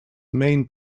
main